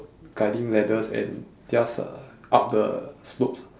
guiding ladders and just uh up the slopes